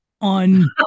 on